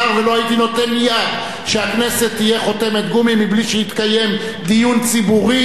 ולא הייתי נותן יד שהכנסת תהיה חותמת גומי בלי שיתקיים דיון ציבורי,